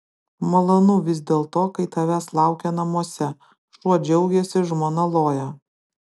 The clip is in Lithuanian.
malonu vis dėlto kai tavęs laukia namuose šuo džiaugiasi žmona loja